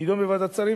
נדון בוועדת שרים,